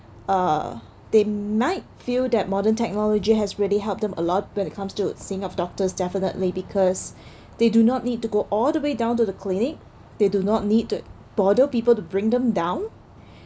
uh they might feel that modern technology has really helped them a lot when it comes to seeing of doctors definitely because they do not need to go all the way down to the clinic they do not need to bother people to bring them down